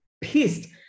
pissed